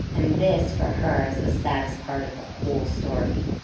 and this for her is the saddest part of the whole story,